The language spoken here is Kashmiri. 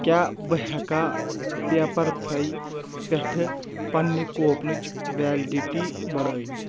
کیٛاہ بہٕ ہٮ۪کا پیٚپر فرٛاے پٮ۪ٹھ پننہِ کوپنٕچ ویلڈٹی بڑٲیِتھ